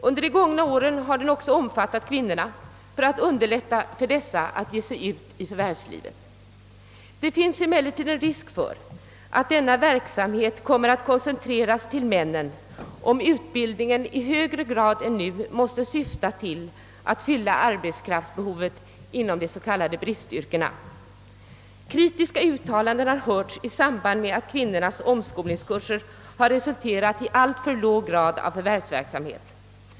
Under de gångna åren har den också omfattat kvinnorna för att underlätta för dessa att ge sig ut i förvärvslivet. Det finns emellertid en risk för att denna verksamhet kommer att koncentreras till männen, om utbildningen i högre grad än nu måste syfta till att fylla arbetskraftsbehovet inom de s.k. bristyrkena. Kritiska uttalanden har hörts i samband med att kvinnornas omskolningskurser har resulterat i alltför låg grad av förvärvsverksamhet.